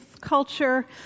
culture